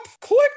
Click